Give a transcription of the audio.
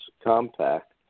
compact